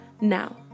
Now